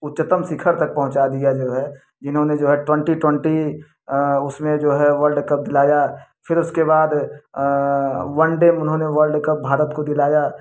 उच्चतम शिखर तक पहुँचा दिया जो है इन्होंने जो है ट्वेंटी ट्वेंटी उसमें जो है वल्ड कप दिलाया फिर उसके बाद वन डे उन्होंने वल्ड कप भारत को दिलाया